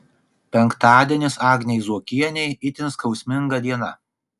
penktadienis agnei zuokienei itin skausminga diena